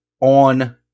on